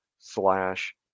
slash